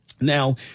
now